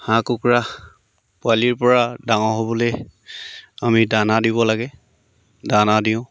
হাঁহ কুকুৰা পোৱালিৰপৰা ডাঙৰ হ'বলৈ আমি দানা দিব লাগে দানা দিওঁ